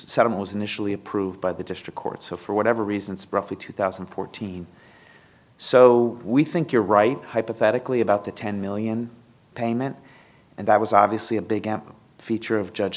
m was initially approved by the district court so for whatever reason roughly two thousand and fourteen so we think you're right hypothetically about the ten million payment and that was obviously a big feature of judge